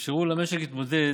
אפשרו למשק להתמודד